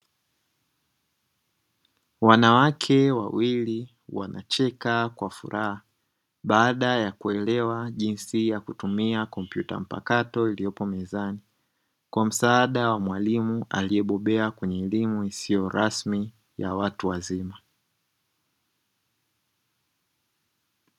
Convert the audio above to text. Wanawake wawili wanacheka kwa furaha baada ya kuelewa jinsi ya kutumia kompyuta mpakato iliyopo mezani, kwa msaada wa mwalimu aliyebobea kwenye elimu isiyo rasmi ya watu wazima.